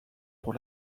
pour